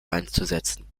einzusetzen